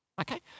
Okay